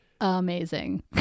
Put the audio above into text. amazing